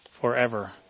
forever